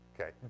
Okay